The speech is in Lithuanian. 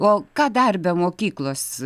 o ką dar be mokyklos